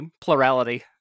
plurality